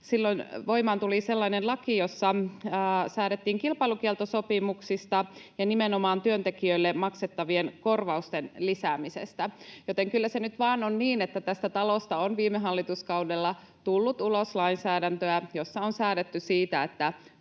voimaan tuli sellainen laki, jossa säädettiin kilpailukieltosopimuksista ja nimenomaan työntekijöille maksettavien korvausten lisäämisestä. Joten kyllä se nyt vaan on niin, että tästä talosta on viime hallituskaudella tullut ulos lainsäädäntöä, jossa on säädetty siitä, että